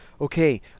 Okay